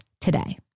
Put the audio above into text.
today